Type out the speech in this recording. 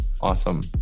Awesome